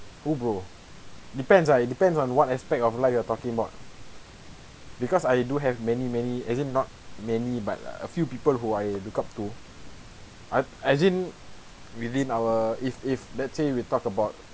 who bro depends ah it depends on what aspect of life you're talking about because I do have many many as in not many but uh a few people who I look up to I as in within our if if let's say we talk about